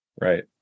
Right